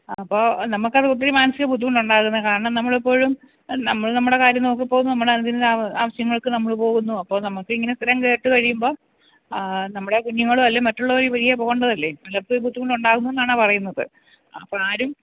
അപ്പോൾ നമക്ക് അത് ഒത്തിരി മാനസിക ബുദ്ധിമുട്ട് ഉണ്ടാകുന്ന കാരണം നമ്മള് എപ്പോഴും നമ്മള് നമ്മടെ കാര്യം നോക്കി പോകുന്നു നമ്മുടെ അനുദിന ആ ആവശ്യങ്ങൾക്ക് നമ്മള് പോകുന്നു അപ്പോൾ നമുക്ക് ഇങ്ങനെ ഇത്രയും കേട്ട് കഴിയുമ്പോൾ നമ്മുടെ കുഞ്ഞുങ്ങളും എല്ലാം മറ്റുളളവരും ഈ വഴിയേ പോകണ്ടതല്ലേ അവർക്കും ഒരു ബുദ്ധിമുട്ട് ഉണ്ടാകുന്നു എന്നാണ് പറയുന്നത് അപ്പോൾ ആരും